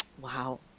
wow